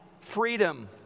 freedom